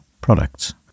products